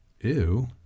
Ew